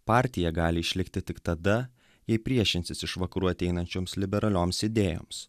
partija gali išlikti tik tada jei priešinsis iš vakarų ateinančioms liberalioms idėjoms